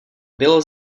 bylo